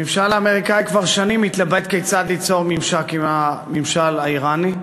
הממשל האמריקני כבר שנים מתלבט כיצד ליצור ממשק עם הממשל האיראני.